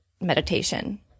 meditation